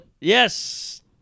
Yes